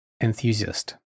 enthusiast